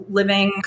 living